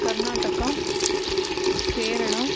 Karnataka Kerala